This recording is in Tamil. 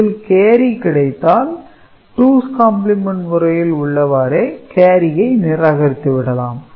இதில் கேரி கிடைத்தால் 2's காம்பிளிமெண்ட் முறையில் உள்ளவாறு கேரியை நிராகரித்து விடலாம்